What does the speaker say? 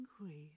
angry